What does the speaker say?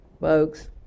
Folks